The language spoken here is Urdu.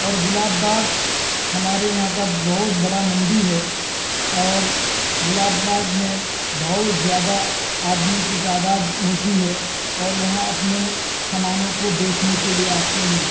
اور گلاب باغ ہمارے یہاں کا بہت بڑا منڈی ہے اور گلاب باغ میں بہت زیادہ آدمی کی تعداد ہوتی ہے اور وہاں اپنے سامانوں کو بیچنے کے لیے آتے ہیں